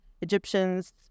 Egyptians